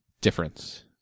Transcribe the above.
difference